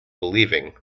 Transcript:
believing